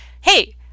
hey